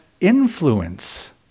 influence